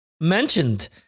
mentioned